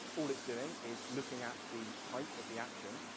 all it's doing is looking at the type of the action,